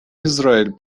израиль